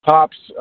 Pops